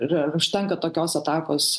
ir ar užtenka tokios atakos